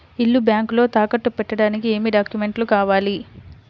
ఇల్లు బ్యాంకులో తాకట్టు పెట్టడానికి ఏమి డాక్యూమెంట్స్ కావాలి?